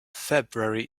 february